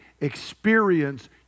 experience